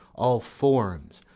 all forms,